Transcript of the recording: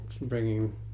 bringing